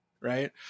right